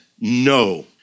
no